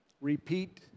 repeat